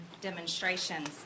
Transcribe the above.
demonstrations